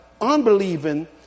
unbelieving